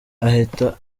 ahita